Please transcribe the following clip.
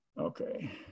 Okay